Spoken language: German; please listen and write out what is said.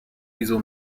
wieso